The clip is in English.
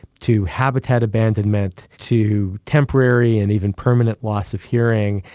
to habitat abandonment, to temporary and even permanent loss of hearing,